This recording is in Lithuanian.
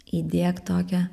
įdiegt tokią